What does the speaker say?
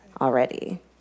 already